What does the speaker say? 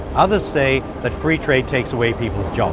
others say that free trade takes away people's